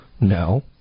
No